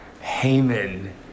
Haman